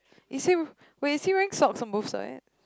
is he wait is he wearing socks on both sides